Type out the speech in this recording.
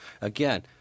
Again